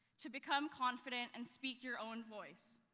to become confident and speak your own voice,